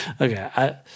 Okay